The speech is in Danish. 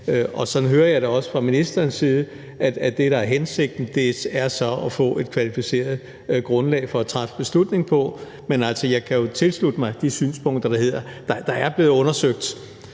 og sådan hører jeg det også fra ministerens side – at det, der er hensigten, er at få et kvalificeret grundlag at træffe beslutning på. Men, altså, jeg kan jo tilslutte mig de synspunkter om, at der er blevet undersøgt